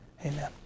Amen